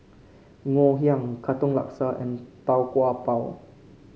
Ngoh Hiang Katong Laksa and Tau Kwa Pau